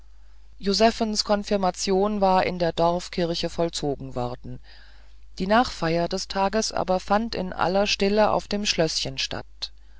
josephens konfirmation war in der dorfkirche vollzogen worden die nachfeier des tages aber fand in aller stille auf dem schlößchen statt